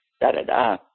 da-da-da